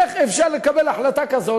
איך אפשר לקבל החלטה כזו